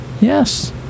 yes